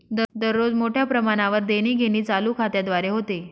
दररोज मोठ्या प्रमाणावर देणीघेणी चालू खात्याद्वारे होते